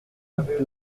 route